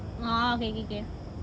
ah okay okay okay